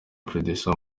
producer